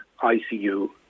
ICU